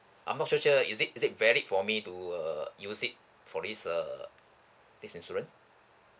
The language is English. I'm not so sure is it is it valid for me to uh use it for this err this insurance